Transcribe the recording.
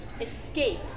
Escape